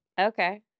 okay